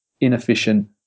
inefficient